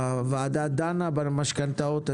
הוועדה דנה במשכנתאות.